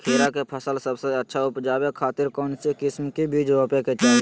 खीरा के फसल सबसे अच्छा उबजावे खातिर कौन किस्म के बीज रोपे के चाही?